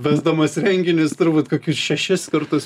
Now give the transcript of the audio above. vesdamas renginius turbūt kokius šešis kartus